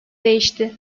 değişti